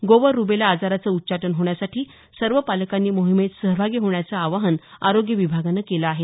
गोवर रुबेला आजाराचं उच्चाटन होण्यासाठी सर्व पालकांनी मोहीमेत सहभागी होण्याचं आवाहन आरोग्य विभागानं केलं आहे